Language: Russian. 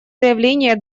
заявление